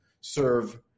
serve